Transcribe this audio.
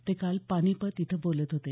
ते काल पानिपत इथं बोलत होते